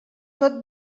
tot